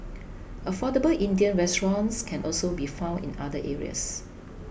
affordable Indian restaurants can also be found in other areas